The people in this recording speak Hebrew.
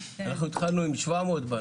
אנחנו התחלנו עם 700 בנות,